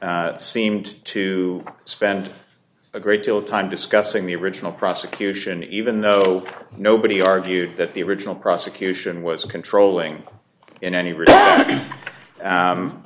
seemed to spend a great deal of time discussing the original prosecution even though nobody argued that the original prosecution was controlling in any